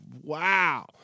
Wow